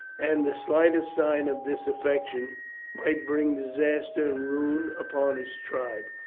and the slightest sign of disaffection might bring disaster and ruin upon his tribe.